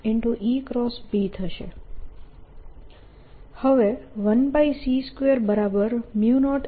હવે 1c200 છે